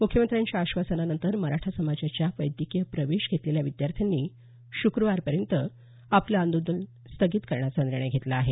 मुख्यमंत्र्यांच्या आश्वासनानंतर मराठा समाजाच्या वैद्यकीय प्रवेश घेतलेल्या विद्यार्थ्यांनी श्क्रवारपर्यंत आंदोलन स्थगित करण्याचा निर्णय घेतला आहे